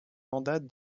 mandats